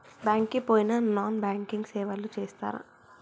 Bank కి పోయిన non banking సేవలు చేస్తరా?